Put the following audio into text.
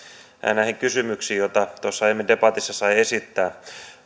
näihin kysymyksiin joita aiemmin tuossa debatissa sai esittää